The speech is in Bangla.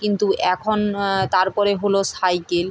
কিন্তু এখন তার পরে হলো সাইকেল